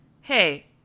hey